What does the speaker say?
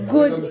Good